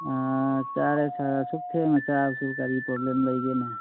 ꯑꯥ ꯆꯥꯔꯦ ꯆꯥꯔꯦ ꯑꯁꯨꯛ ꯊꯦꯡꯅ ꯆꯥꯕꯁꯤꯕꯨ ꯀꯔꯤ ꯄ꯭ꯔꯣꯕ꯭ꯂꯦꯝ ꯂꯩꯒꯦꯅꯦ